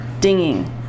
dinging